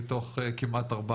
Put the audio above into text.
מתוך כמעט 400